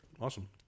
awesome